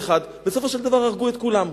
ובסופו של דבר הרגו את כולם.